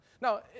Now